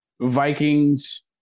Vikings